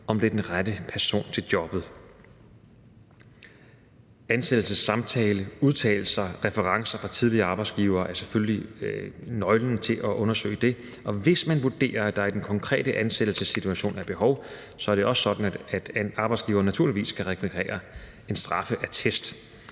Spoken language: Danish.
om det er den rette person til jobbet. Ansættelsessamtale, udtalelser, referencer fra tidligere arbejdsgivere er selvfølgelig nøglen til at undersøge det, og hvis man vurderer, at der i den konkrete ansættelsessituation er behov for det, er det også sådan, at en arbejdsgiver naturligvis kan rekvirere en straffeattest.